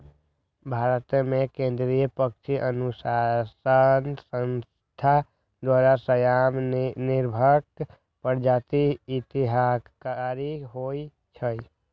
भारतमें केंद्रीय पक्षी अनुसंसधान संस्थान द्वारा, श्याम, नर्भिक प्रजाति हितकारी होइ छइ